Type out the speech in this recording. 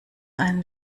einen